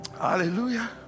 Hallelujah